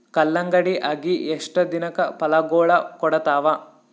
ಕಲ್ಲಂಗಡಿ ಅಗಿ ಎಷ್ಟ ದಿನಕ ಫಲಾಗೋಳ ಕೊಡತಾವ?